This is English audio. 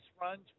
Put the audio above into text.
runs